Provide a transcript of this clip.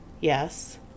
Yes